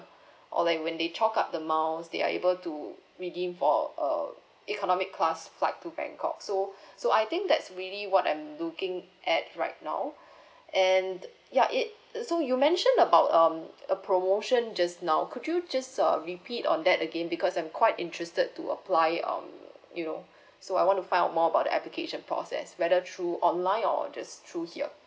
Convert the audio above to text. or like when they choke up the miles they are able to redeem for uh economic class flight to bangkok so so I think that's really what I'm looking at right now and ya it so you mentioned about um a promotion just now could you just uh repeat on that again because I'm quite interested to apply um you know so I want to find out more about the application process whether through online or just through true here